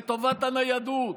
לטובת הניידות,